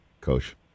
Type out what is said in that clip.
Coach